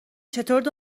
چطوری